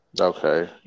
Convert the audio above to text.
Okay